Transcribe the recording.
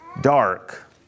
dark